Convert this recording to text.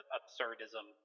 absurdism